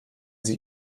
sie